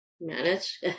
manage